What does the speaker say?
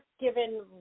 given